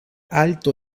alto